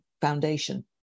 foundation